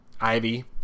Ivy